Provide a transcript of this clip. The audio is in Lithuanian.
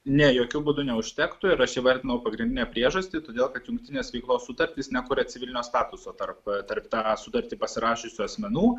ne jokiu būdu neužtektų ir aš įvardinau pagrindinę priežastį todėl kad jungtinės veiklos sutartys nekuria civilinio statuso tarp tarp tą sutartį pasirašiusių asmenų